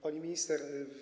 Pani Minister!